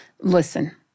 Listen